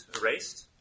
erased